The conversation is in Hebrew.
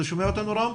אתה שומע אותנו, רם?